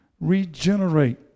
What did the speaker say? regenerate